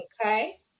Okay